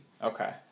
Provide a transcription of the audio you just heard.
Okay